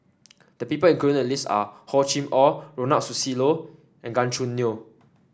the people included in the list are Hor Chim Or Ronald Susilo and Gan Choo Neo